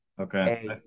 Okay